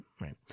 right